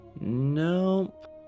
Nope